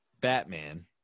batman